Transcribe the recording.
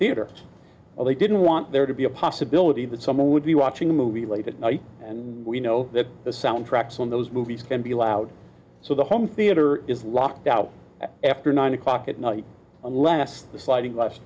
theater or they didn't want there to be a possibility that someone would be watching a movie late at night and we know that the soundtracks on those movies can be loud so the home theater is locked out after nine o'clock at night unless the sliding glass